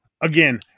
Again